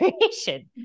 creation